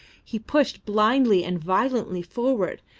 he pushed blindly and violently forward,